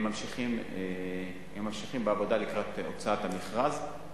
הם ממשיכים בעבודה לקראת הוצאת המכרז.